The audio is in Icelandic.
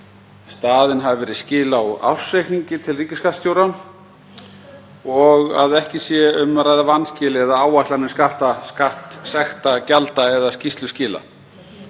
staðin hafi verið skil á ársreikningi til ríkisskattstjóra og að ekki sé um að ræða vanskil eða áætlanir skatta, skattsekta, gjalda og skýrsluskila.